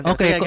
Okay